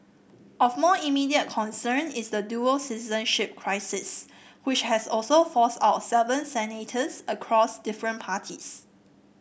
of more immediate concern is the dual citizenship crisis which has also forced out seven senators across different parties